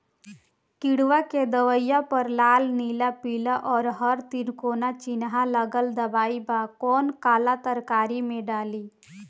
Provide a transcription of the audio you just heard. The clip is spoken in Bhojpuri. किड़वा के दवाईया प लाल नीला पीला और हर तिकोना चिनहा लगल दवाई बा कौन काला तरकारी मैं डाली?